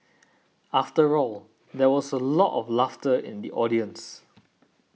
after all there was a lot of laughter in the audience